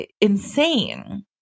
insane